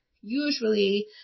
usually